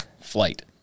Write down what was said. flight